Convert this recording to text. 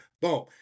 boom